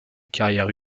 carrière